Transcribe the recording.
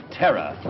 terror